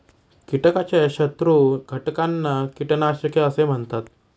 कीटकाच्या शत्रू घटकांना कीटकनाशके असे म्हणतात